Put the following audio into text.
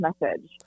message